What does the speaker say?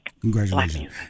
Congratulations